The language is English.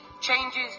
changes